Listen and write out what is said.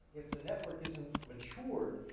if the network isn't matured,